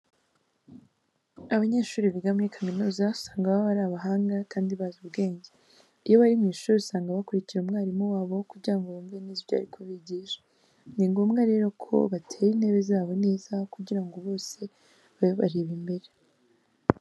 Abanyeshuri biga muri kaminuza usanga baba ari abahanga kandi bazi ubwenge. Iyo bari mu ishuri usanga bakurikira umwarimu wabo kugira ngo bumve neza ibyo ari kubigisha. Ni ngombwa rero ko batera intebe zabo neza kugira ngo bose babe bareba imbere.